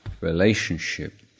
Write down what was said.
relationship